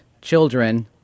Children